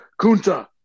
Kunta